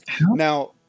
now